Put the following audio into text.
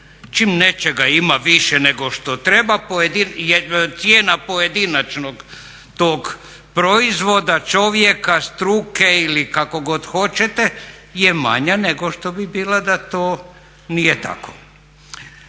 Čim nečega ima više nego što treba cijena pojedinačnog tog proizvoda, čovjeka, struke ili kako god hoćete je manja nego što bi bila da to nije tako.